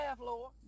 Lord